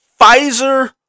Pfizer